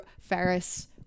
ferris